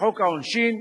לחוק העונשין,